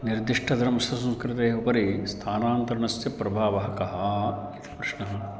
निर्दिष्ट धर्मस्य संस्कृतेः उपरि स्थानान्तरणस्य प्रभावः कः इति प्रश्नः